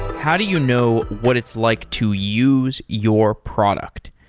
how do you know what it's like to use your product?